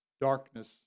Darkness